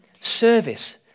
Service